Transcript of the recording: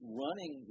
running